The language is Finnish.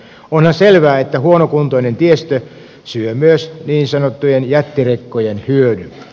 onhan selvää että huonokuntoinen tiestö syö myös niin sanottujen jättirekkojen hyödyn